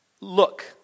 Look